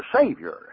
Savior